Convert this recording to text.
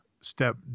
step